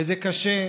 וזה קשה,